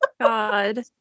God